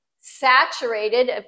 saturated